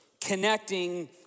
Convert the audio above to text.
Connecting